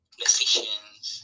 decisions